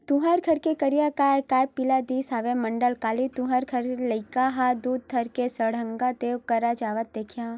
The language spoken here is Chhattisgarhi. तुँहर घर के करिया गाँय काय पिला दिस हवय मंडल, काली तुँहर घर लइका ल दूद धर के सहाड़ा देव करा जावत देखे हँव?